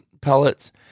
pellets